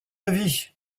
avis